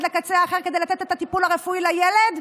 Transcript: לקצה האחר כדי לתת את הטיפול הרפואי לילד,